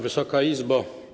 Wysoka Izbo!